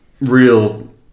real